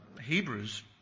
Hebrews